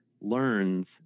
learns